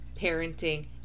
parenting